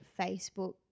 Facebook